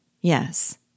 Yes